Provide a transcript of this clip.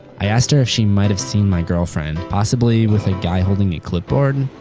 i asked her if she might have seen my girlfriend, possibly with a guy holding a clipboard?